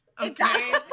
Okay